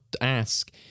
ask